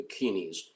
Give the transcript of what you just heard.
bikinis